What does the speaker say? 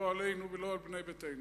לא עלינו ולא על בני ביתנו.